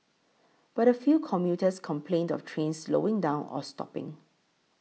but a few commuters complained of trains slowing down or stopping